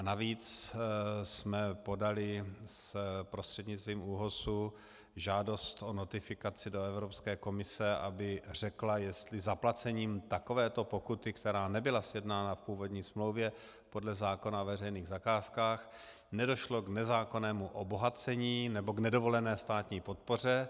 Navíc jsme podali prostřednictvím ÚOHS žádost o notifikaci do Evropské komise, aby řekla, jestli zaplacením takovéto pokuty, která nebyla sjednána v původní smlouvě podle zákona o veřejných zakázkách, nedošlo k nezákonnému obohacení nebo k nedovolené státní podpoře.